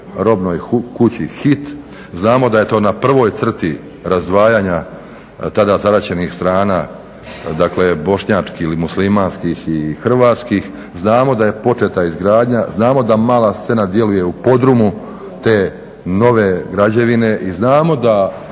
robnoj kući HIT, znamo da je to na prvoj crti razdvajanja tada zaraćenih strana, dakle bošnjačkih ili muslimanskih i hrvatskih, znamo da je početa izgradnja, znamo da mala scena djeluje u podrumu te nove građevine i znamo da,